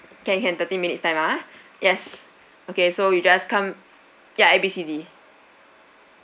can can thirty minutes time ah yes okay so you just come ya A B C D